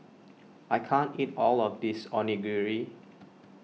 I can't eat all of this Onigiri